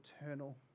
eternal